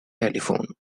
telephone